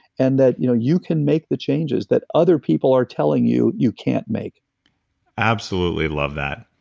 and that you know you can make the changes that other people are telling you you can't make absolutely love that.